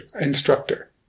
instructor